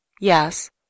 Yes